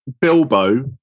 Bilbo